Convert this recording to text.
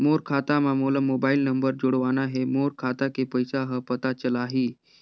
मोर खाता मां मोला मोबाइल नंबर जोड़वाना हे मोर खाता के पइसा ह पता चलाही?